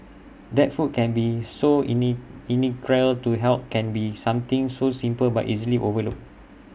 that food can be so IT neat integral to health can be something so simple but easily overlooked